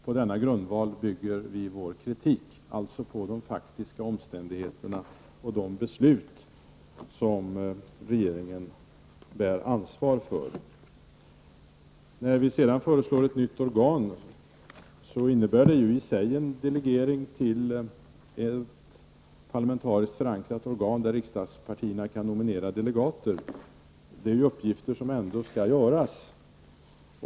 På denna grundval bygger vi vår kritik, alltså på de faktiska omständigheterna och de beslut som regeringen bär ansvar för. När vi sedan föreslår ett nytt organ innebär detta ju i sig en delegering till ett parlamentariskt förankrat organ till vilket riksdagspartierna kan nominera ledamöter. Det handlar ju om uppgifter som ändå skall utföras.